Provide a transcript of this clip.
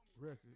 record